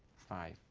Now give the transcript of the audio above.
five,